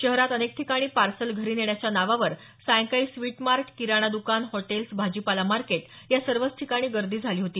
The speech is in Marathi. शहरात अनेक ठिकाणी पार्सल घरी नेण्याच्या नावावर सायंकाळी स्विट्स मार्ट किराणा दकान हॉटेल्स भाजीपाला मार्केट या सर्वच ठिकाणी गर्दी झाली होती